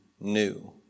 new